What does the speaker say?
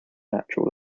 natural